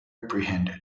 apprehended